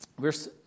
Verse